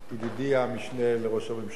ידידי המשנה לראש הממשלה,